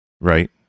right